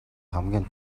хамгийн